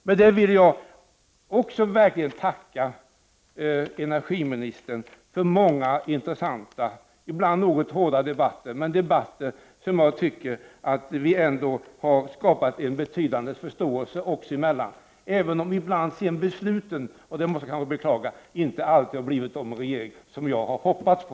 Med detta vill jag också verkligen tacka energiministern för många intressanta, ibland något hårda debatter, som jag tycker ändå har skapat en betydande förståelse oss emellan, även om — vilket jag måste beklaga — besluten i regeringen inte alltid blivit de som jag har hoppats på.